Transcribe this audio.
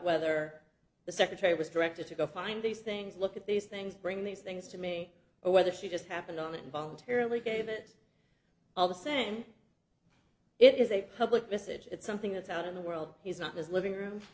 whether the secretary was directed to go find these things look at these things bring these things to me or whether she just happened on and voluntarily gave it all the same it is a public message it's something that's out in the world he's not his living room